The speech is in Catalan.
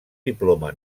diploma